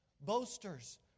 boasters